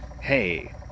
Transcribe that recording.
hey